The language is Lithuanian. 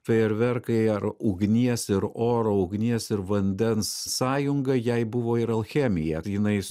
fejerverkai ar ugnies ir oro ugnies ir vandens sąjunga jai buvo ir alchemija jinai